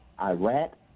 Iraq